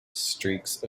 streaks